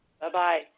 Bye-bye